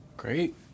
Great